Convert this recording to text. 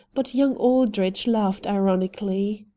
but young aldrich laughed ironically.